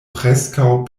preskaŭ